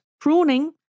pruning